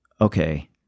okay